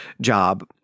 job